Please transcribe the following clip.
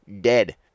dead